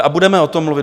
A budeme o tom mluvit.